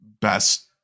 best